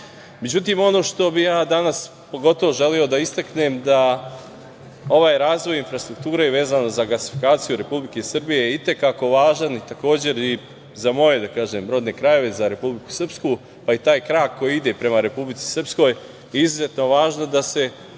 Srbije.Međutim, ono što bih ja danas pogotovo želeo da istaknem je da ovaj razvoj infrastrukture vezano za gasifikaciju Republike Srbije je i te kako važan i za moje rodne krajeve, za Republiku Srpsku, pa i taj krak koji ide prema Republici Srpskoj. Izuzetno je važno da se konačno